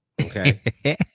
Okay